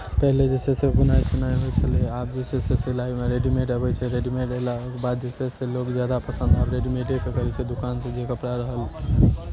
पहिले जे छै से बुनाइ सुनाइ होइ छेलै आब जे छै से सिलाइमे रेडीमेड अबै छै रेडीमेड एलाके बाद जे छै से लोक ज्यादा पसन्द आब रेडीमेडेकेँ करै छै दोकानसँ जे कपड़ा रहल